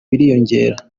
biriyongera